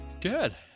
Good